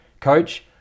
coach